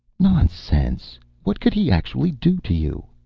nonsense. what could he actually do to you?